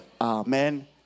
Amen